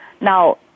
Now